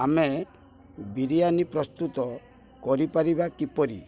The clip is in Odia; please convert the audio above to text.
ଆମେ ବିରିୟାନୀ ପ୍ରସ୍ତୁତ କରିପାରିବା କିପରି